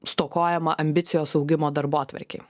stokojama ambicijos augimo darbotvarkėj